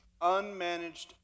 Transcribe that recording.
unmanaged